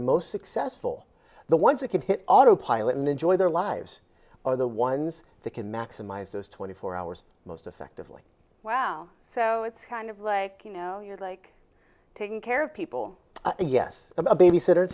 are most successful the ones that can hit autopilot and enjoy their lives are the ones that can maximize those twenty four hours most effectively wow so it's kind of like you know you're like taking care of people and yes a babysitter